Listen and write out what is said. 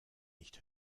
nicht